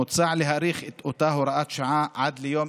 מוצע להאריך את אותה הוראת השעה עד ליום